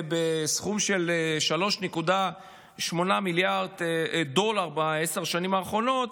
בסכום של 3.8 מיליארד דולר בעשר השנים האחרונות,